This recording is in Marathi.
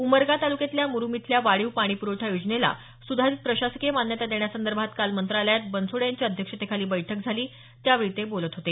उमरगा तालुक्यातल्या मुरुम इथल्या वाढीव पाणी पुरवठा योजनेला सुधारीत प्रशासकीय मान्यता देण्यासंदर्भात काल मंत्रालयात बनसोडे यांच्या अध्यक्षतेखाली बैठक झाली त्यावेळी ते बोलत होते